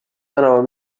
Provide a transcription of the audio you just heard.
tänavu